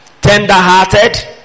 tender-hearted